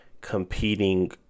competing